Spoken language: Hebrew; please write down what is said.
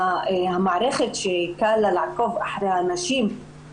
המערכת שקל לה לעקוב אחרי אנשים,